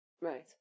Right